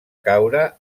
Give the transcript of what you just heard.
caure